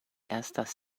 estas